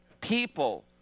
people